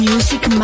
Music